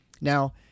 Now